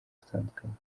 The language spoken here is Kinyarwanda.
zitandukanye